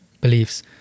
beliefs